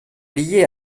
liés